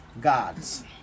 gods